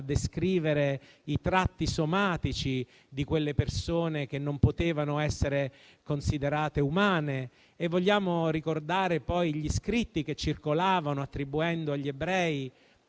descrivere i tratti somatici di quelle persone, che non potevano essere considerate umane. Vogliamo ricordare poi gli scritti che circolavano, come «I protocolli dei